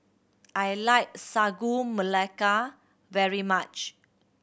I like Sagu Melaka very much